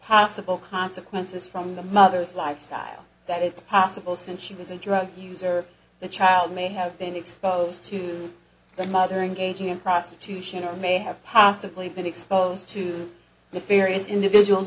possible consequences from the mother's lifestyle that it's possible since she was a drug user the child may have been exposed to the mothering gaging in prostitution or may have possibly been exposed to the fairies individuals